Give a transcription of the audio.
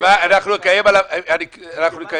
אנחנו נקיים עליו דיון.